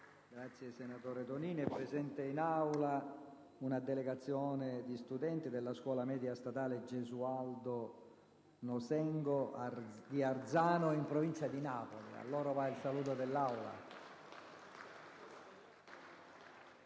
finestra"). È presente in Aula una delegazione di studenti della Scuola media statale «Gesualdo Nosengo» di Arzano, in provincia di Napoli. A loro va il saluto dell'Assemblea.